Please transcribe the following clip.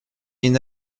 moyen